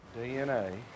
DNA